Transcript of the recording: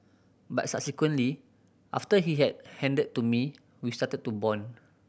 but subsequently after he has handed to me we started to bond